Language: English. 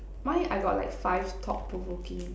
mine I got like five thought provoking